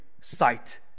sight